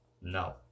No